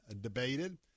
debated